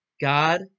God